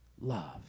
Love